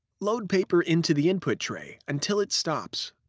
load paper into the input tray until it stops.